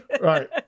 Right